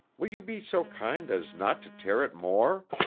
will you be so kind as not to tear it more!